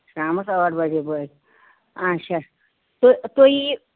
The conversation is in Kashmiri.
شامَس ٲٹھ بَجے بٲغۍ اَچھا تہٕ تُہۍ ییو